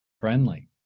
friendly